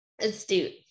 astute